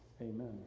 Amen